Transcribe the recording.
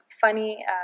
funny